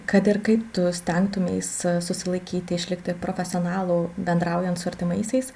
kad ir kaip tu stengtumeis susilaikyti išlikti profesionalu bendraujant su artimaisiais